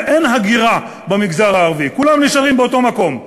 אין הגירה במגזר הערבי, כולם נשארים באותו מקום,